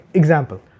example